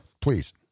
Please